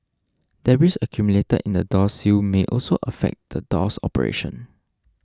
Debris accumulated in the door sill may also affect the door's operation